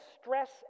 stress